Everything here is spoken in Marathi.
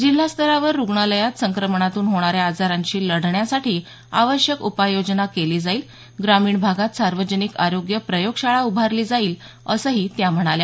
जिल्हा स्तरावर रुग्णालयांत संक्रमणातून होणाऱ्या आजारांशी लढण्यासाठी आवश्यक उपाययोजना केली जाईल ग्रामीण भागात सार्वजनिक आरोग्य प्रयोगशाळा उभारली जाईल असंही त्या म्हणाल्या